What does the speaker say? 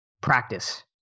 practice